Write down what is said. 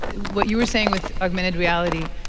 what you were saying with augmented reality,